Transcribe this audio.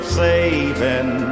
saving